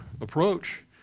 approach